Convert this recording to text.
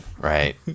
Right